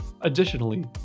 Additionally